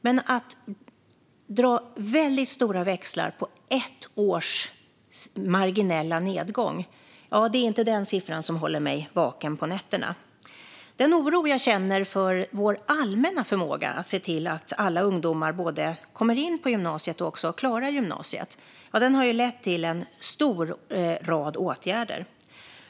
Men det dras väldigt stora växlar på den marginella nedgången under ett år - det är inte denna siffra som håller mig vaken på nätterna. Den oro jag känner för vår allmänna förmåga att se till att alla ungdomar både kommer in på gymnasiet och klarar gymnasiet har lett till en lång rad åtgärder.